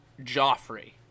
Joffrey